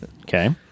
okay